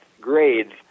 grades